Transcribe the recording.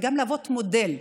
וגם להוות מודל.